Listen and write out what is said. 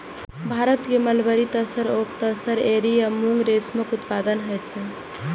भारत मे मलबरी, तसर, ओक तसर, एरी आ मूंगा रेशमक उत्पादन होइ छै